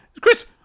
chris